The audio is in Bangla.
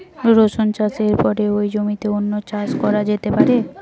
রসুন চাষের পরে ওই জমিতে অন্য কি চাষ করা যেতে পারে?